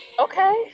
Okay